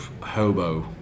hobo